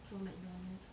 from mcdonald's